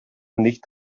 nicht